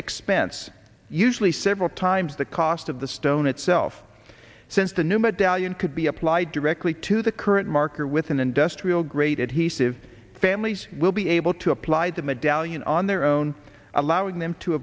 expense usually several times the cost of the stone itself since the new medallion could be applied directly to the current marker with an industrial grade adhesive families will be able to apply the medallion on their own allowing them to